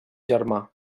germà